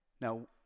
Now